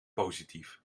positief